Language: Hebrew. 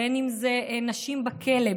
בין שזה נשים בכלא,